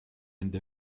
enda